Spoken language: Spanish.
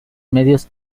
medios